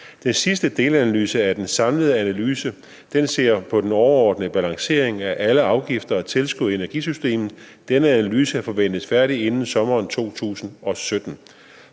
Den sidste delanalyse af den samlede analyse ser på den overordnede balancering af alle afgifter og tilskud i energisystemet. Denne analyse forventes færdig inden sommeren 2017.